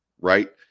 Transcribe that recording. right